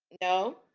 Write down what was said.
no